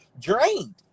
drained